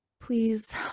Please